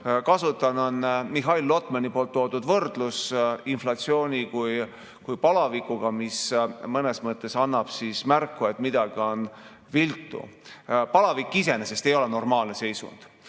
kasutan, on Mihhail Lotmani toodud võrdlus: inflatsioon on kui palavik, mis mõnes mõttes annab märku, et midagi on viltu. Palavik iseenesest ei ole normaalne seisund,